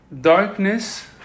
darkness